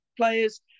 players